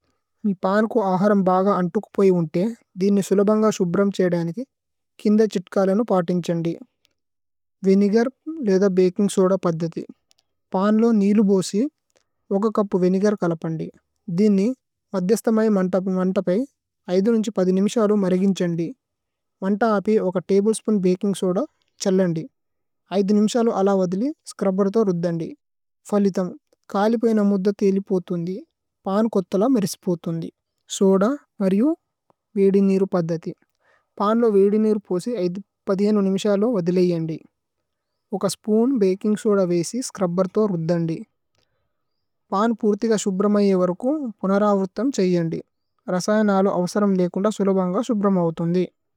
പനകമ് അഹരമ്ബഗ അനതന്കപപയി ഉനദ, ദിനി സിലബന്ഗ ശൈബരമഛയിദനികി। കിനദഛിതകലനിന പതിമ് കലിപയിന മന്ദദതിലിപോതിനദി, പനകുഥതല മിരിചിപോതിനദി, സോദ മരിഅമ് വിദിനിരപദധി, പന്।